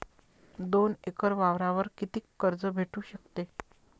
दोन एकर वावरावर कितीक कर्ज भेटू शकते?